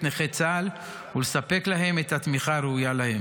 נכי צה"ל ולספק להם את התמיכה הראויה להם.